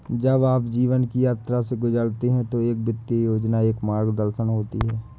जब आप जीवन की यात्रा से गुजरते हैं तो एक वित्तीय योजना एक मार्गदर्शन होती है